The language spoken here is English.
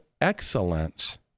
excellence